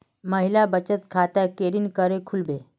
महिला बचत खाता केरीन करें खुलबे